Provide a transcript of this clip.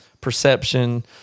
perception